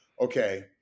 Okay